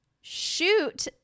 shoot